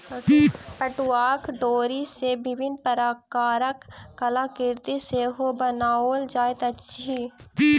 पटुआक डोरी सॅ विभिन्न प्रकारक कलाकृति सेहो बनाओल जाइत अछि